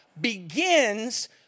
begins